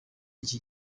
iki